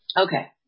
Okay